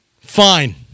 fine